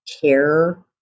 care